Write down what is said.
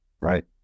right